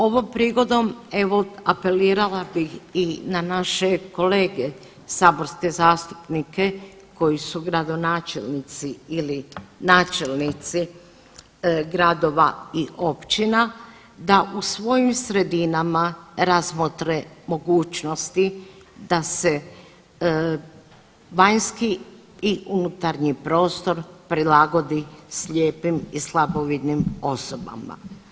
Ovom prigodom evo apelirala bih i na naše kolege saborske zastupnike koji su gradonačelnici ili načelnici gradova i općina da u svojim sredinama razmotre mogućnosti da se vanjski i unutarnji prostor prilagodi slijepim i slabovidnim osobama.